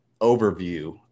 overview